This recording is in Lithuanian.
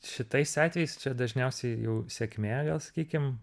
šitais atvejais čia dažniausiai jau sėkmė gal sakykim